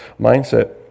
mindset